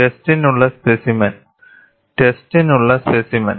ടെസ്റ്റിനുള്ള specimen